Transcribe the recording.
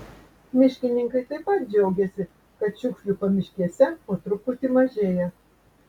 miškininkai taip pat džiaugiasi kad šiukšlių pamiškėse po truputį mažėja